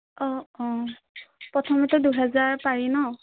অঁ অঁ প্ৰথমতে দুহেজাৰ পাৰি ন